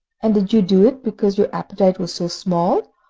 and did you do it because your appetite was so small,